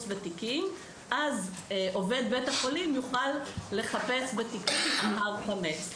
בתיקים אז עובד בית החולים יוכל לחפש בתיקים חמץ.